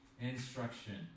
instruction